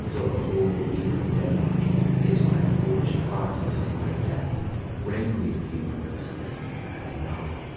so the whole ear of denmark is by a forged process of my death rankly abus'd but know,